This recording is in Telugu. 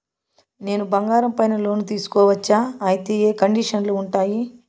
నేను బంగారం పైన లోను తీసుకోవచ్చా? అయితే ఏ కండిషన్లు ఉంటాయి?